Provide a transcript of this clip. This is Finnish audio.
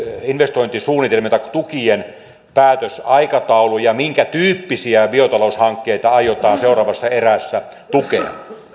investointisuunnitelmien taikka tukien päätösaikataulu ja minkätyyppisiä biotaloushankkeita aiotaan seuraavassa erässä tukea